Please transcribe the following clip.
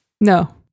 No